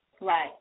right